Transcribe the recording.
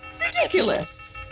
Ridiculous